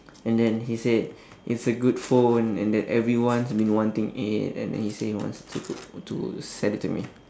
and then he said it's a good phone and that everyone's been wanting it and then he say he wants to to sell it to me